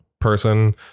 person